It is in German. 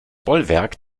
bollwerk